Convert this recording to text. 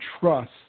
trust